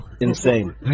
Insane